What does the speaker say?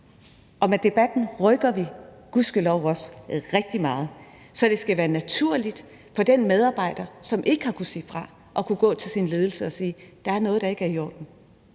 og med debatten rykker vi gudskelov også rigtig meget. Så det skal være naturligt for den medarbejder, som ikke har kunnet sige fra, at kunne gå til sin ledelse og sige, at der er noget, der ikke er i orden,